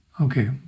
Okay